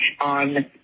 on